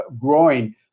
growing